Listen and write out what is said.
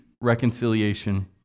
reconciliation